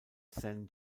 san